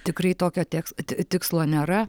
tikrai tokio tieks tikslo nėra